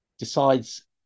decides